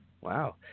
Wow